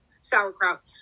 sauerkraut